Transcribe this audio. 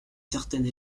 certaine